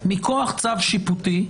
מכוח צו שיפוטי,